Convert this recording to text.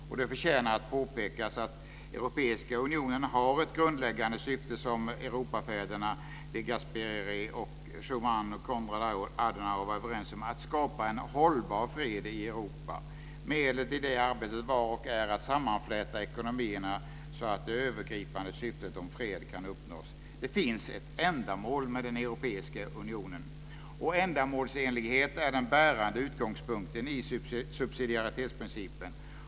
Och det förtjänar att påpekas att Europeiska unionen har ett grundläggande syfte som Europafäderna Alcide de Gasperi, Robert Schumann och Konrad Adenauer var överens om, att skapa en hållbar fred i Europa. Medlet i det arbetet var och är att sammanfläta ekonomierna så att det övergripande syftet om fred kan uppnås. Det finns ett ändamål med Europeiska unionen. Och ändamålsenlighet är den bärande utgångspunkten i subsidiaritetsprincipen.